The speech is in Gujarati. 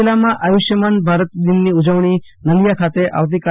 કચ્છ જિલ્લામાં આયુષ્યમાન ભારત દિનની ઉજવણી નલીયા ખાતે આવતીકાલે તા